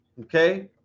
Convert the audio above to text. okay